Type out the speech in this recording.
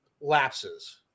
lapses